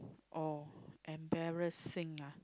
oh embarrassing ah